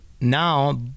now